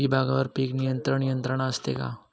विभागवार पीक नियंत्रण यंत्रणा असते का?